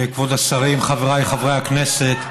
כבוד השרים, חבריי חברי הכנסת.